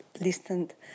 listened